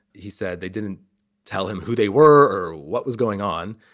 he said they didn't tell him who they were or what was going on.